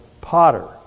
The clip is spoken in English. potter